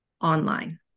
online